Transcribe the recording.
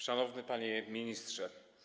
Szanowny Panie Ministrze!